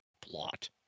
plot